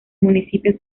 municipio